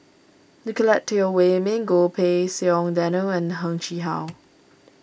Nicolette Teo Wei Min Goh Pei Siong Daniel and Heng Chee How